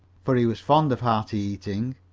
for he was fond of hearty eating,